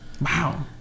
wow